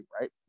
right